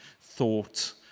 thought